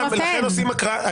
לכן עושים הקראה.